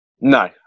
No